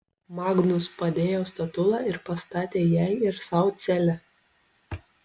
magnus padėjo statulą ir pastatė jai ir sau celę